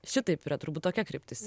šitaip yra turbūt tokia kryptis